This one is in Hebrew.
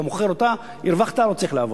אתה מוכר אותה, הרווחת, ולא צריך לעבוד.